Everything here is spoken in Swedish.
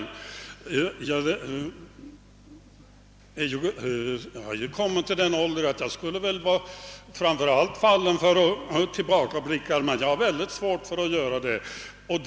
Jag har själv kommit till den åldern då jag väl framför allt skulle vara fallen för tillbakablickar, men jag har väldigt svårt för att göra sådana.